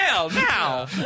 Now